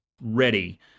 ready